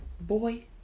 boy